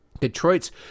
Detroit's